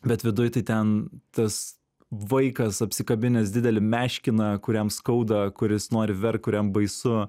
bet viduj tai ten tas vaikas apsikabinęs didelį meškiną kuriam skauda kuris nori verk kuriam baisu